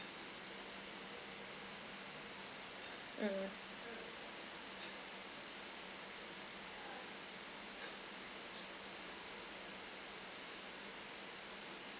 mm